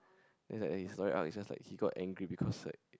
then it's like it's just like he got angry because like